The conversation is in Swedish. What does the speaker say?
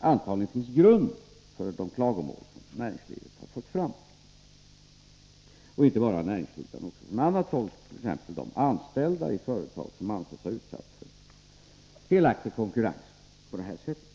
antagligen finns grund för de klagomål som näringslivet har fört fram. Det är inte bara näringslivet som har klagat, utan klagomål har också kommit från annat håll, t.ex. från de anställda i företag som ansett sig ha utsatts för felaktig konkurrens på det här sättet.